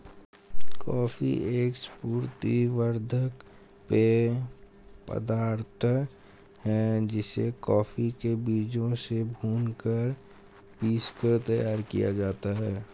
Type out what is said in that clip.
coffee एक स्फूर्ति वर्धक पेय पदार्थ है जिसे कॉफी के बीजों से भूनकर पीसकर तैयार किया जाता है